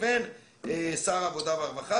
לבין שר העבודה והרווחה,